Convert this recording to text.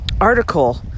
article